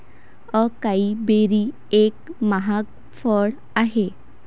acai berry एक महाग फळ आहे